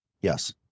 Yes